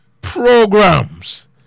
programs